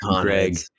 Greg